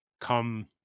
come